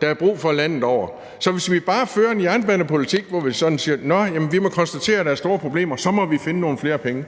der er brug for landet over. Så i stedet for at føre en jernbanepolitik, hvor vi bare siger, at vi må konstatere, at der er store problemer, og at vi så må finde nogle flere penge,